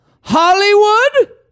Hollywood